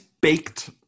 baked